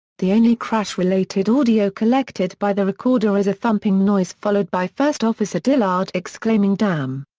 the only crash-related audio collected by the recorder is a thumping noise followed by first officer dillard exclaiming damn,